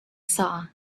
saw